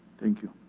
thank you.